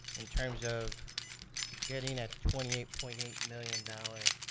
in terms of getting a twenty eight point eight million dollars